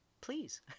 please